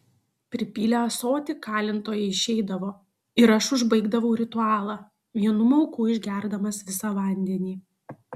pripylę ąsotį kalintojai išeidavo ir aš užbaigdavau ritualą vienu mauku išgerdamas visą vandenį